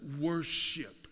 worship